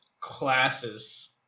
classes